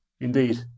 indeed